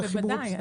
בוודאי.